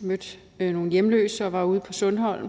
mødte nogle hjemløse og var ude på Sundholm.